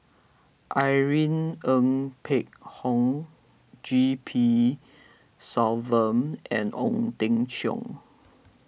Irene Ng Phek Hoong G P Selvam and Ong Teng Cheong